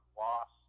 loss